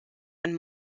and